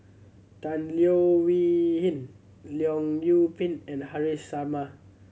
Tan Leo Wee Hin Leong Yoon Pin and Haresh Sharma